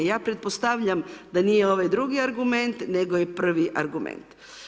Ja pretpostavljam da nije ovaj drugi argument nego je prvi argument.